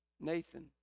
Nathan